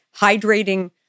hydrating